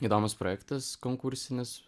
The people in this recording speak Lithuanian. įdomus projektas konkursinis